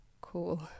cool